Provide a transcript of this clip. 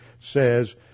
says